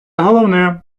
головне